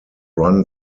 run